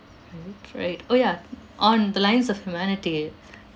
right right orh ya on the lines of humanity